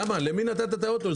למי נתת את האוטו הזה?